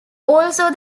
also